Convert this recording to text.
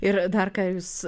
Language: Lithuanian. ir dar ką jūs